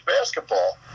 basketball